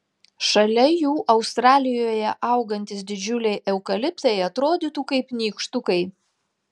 šalia jų australijoje augantys didžiuliai eukaliptai atrodytų kaip nykštukai